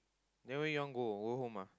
then where you want to go go home ah